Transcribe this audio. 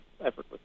effortless